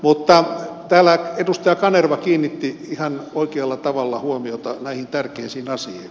mutta täällä edustaja kanerva kiinnitti ihan oikealla tavalla huomiota näihin tärkeisiin asioihin